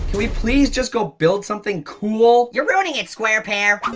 we please just go build something cool? you're ruining it, square pear.